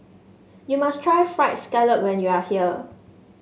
you must try fried scallop when you are here